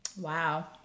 Wow